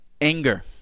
anger